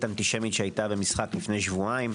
אנטישמיות שהייתה במשחק לפני שבועיים.